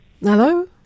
Hello